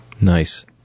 Nice